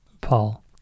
Paul